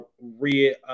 re